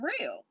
real